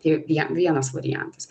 ji vie vienas variantas